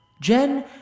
Jen